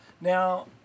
Now